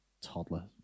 toddler